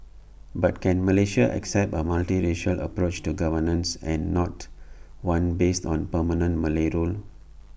but can Malaysia accept A multiracial approach to governance and not one based on permanent Malay rule